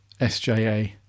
SJA